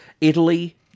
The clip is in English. Italy